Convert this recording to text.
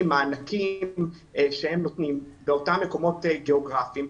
ומענקים שהם נותנים באותם מקומות גיאוגרפים,